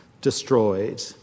destroyed